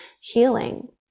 healing